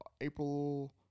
April